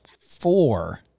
four